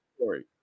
story